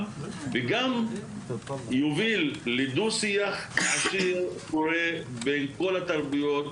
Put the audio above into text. וגם יוביל לדו-שיח עשיר ופורה בין כל התרבויות.